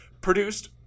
produced